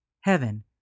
heaven